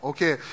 Okay